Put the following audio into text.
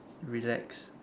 relax